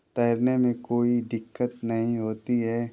तैरने में कोई दिक़्क़त नहीं होती है